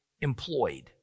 employed